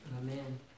Amen